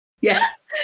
Yes